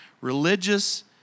Religious